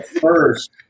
first